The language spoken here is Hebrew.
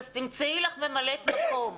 אז תמצאי לך ממלאת מקום.